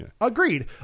Agreed